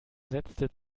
setzte